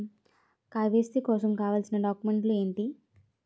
KYC కోసం కావాల్సిన documents ఎంటి?